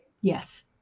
Yes